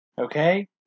Okay